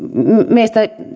meistä